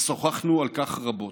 ושוחחנו על כך רבות.